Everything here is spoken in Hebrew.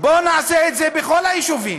בוא נעשה את זה בכל היישובים.